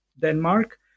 Denmark